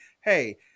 hey